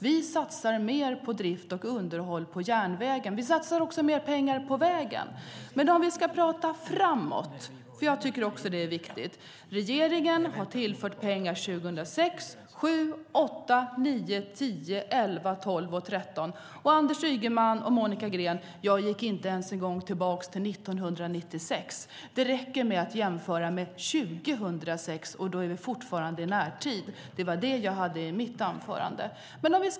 Vi satsar mer på drift och underhåll på järnvägen. Vi satsar också mer pengar på vägen. Men om vi ska prata framåt - jag tycker också att det är viktigt - kan jag säga: Regeringen har tillfört pengar 2006, 2007, 2008, 2009, 2010, 2011, 2012 och 2013. Anders Ygeman och Monica Green! Jag gick inte ens en gång tillbaka till 1996. Det räcker med att jämföra med 2006, och då är vi fortfarande i närtid. Det var det jag hade i mitt anförande.